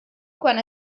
quan